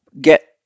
get